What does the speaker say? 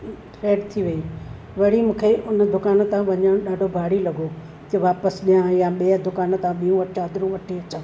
fade थी वई वरी मूंखे उन दुकान ते वञणु ॾाढो भारी लॻो की वापसि ॾियां या ॿिए दुकानु तां ॿियूं चादरूं वठी अचां